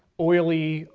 oily